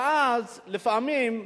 ואז, לפעמים,